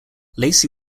lacy